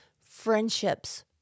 friendships